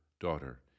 Daughter